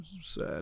sad